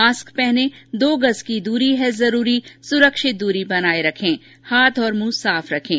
mask पहनें दो गज़ की दूरी है जरूरी सुरक्षित दूरी बनाए रखें हाथ और मुंह साफ रखें